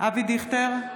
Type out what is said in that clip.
אבי דיכטר,